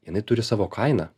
jinai turi savo kainą